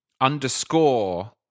underscore